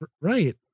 Right